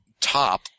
top